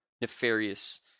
nefarious